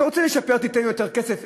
אתה רוצה לשפר, תיתן יותר כסף.